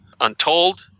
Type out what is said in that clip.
Untold